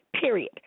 period